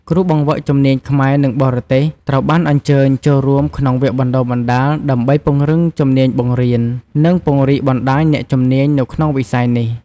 គ្រូបង្វឹកជំនាញខ្មែរនិងបរទេសត្រូវបានអញ្ជើញចូលរួមក្នុងវគ្គបណ្តុះបណ្តាល ដើម្បីពង្រឹងជំនាញបង្រៀន និងពង្រីកបណ្តាញអ្នកជំនាញនៅក្នុងវិស័យនេះ។